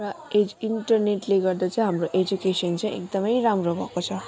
र इज् इन्टरनेटले गर्दा चाहिँ हाम्रो एजुकेसन चाहिँ एकदमै राम्रो भएको छ